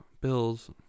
Bills